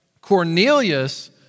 Cornelius